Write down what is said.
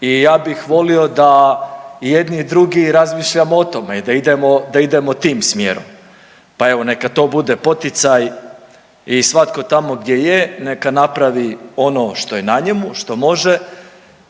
i ja bih volio da i jedni i drugi razmišljamo o tome i da idemo, da idemo tim smjerom, pa evo neka to bude poticaj i svatko tamo gdje je neka napravi ono što je na njemu, što može